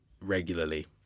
regularly